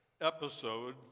episode